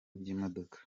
by’imodoka